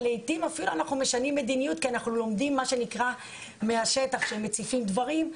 ולעתים אנחנו אפילו משנים מדיניות כי אנחנו לומדים מהשטח שמציפים דברים.